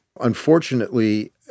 unfortunately